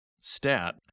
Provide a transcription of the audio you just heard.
stat